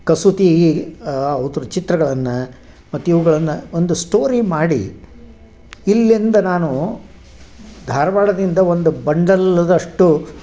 ಕಸೂತಿ ಆ ಉತ್ರ ಚಿತ್ರಗಳನ್ನು ಮತ್ತು ಇವುಗಳನ್ನು ಒಂದು ಸ್ಟೋರಿ ಮಾಡಿ ಇಲ್ಲಿಂದ ನಾನು ಧಾರವಾಡದಿಂದ ಒಂದು ಬಂಡಲ್ದಷ್ಟು